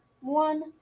one